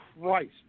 Christ